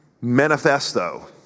manifesto